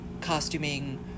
costuming